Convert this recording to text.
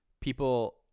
people